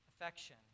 Affection